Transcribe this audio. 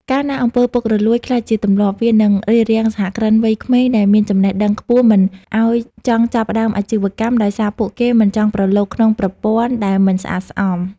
កាលណា អំពើពុករលួយ ក្លាយជាទម្លាប់ វានឹងរារាំងសហគ្រិនវ័យក្មេងដែលមានចំណេះដឹងខ្ពស់មិនឱ្យចង់ចាប់ផ្ដើមអាជីវកម្ម ដោយសារពួកគេមិនចង់ប្រឡូកក្នុងប្រព័ន្ធដែលមិនស្អាតស្អំ។